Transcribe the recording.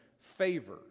favor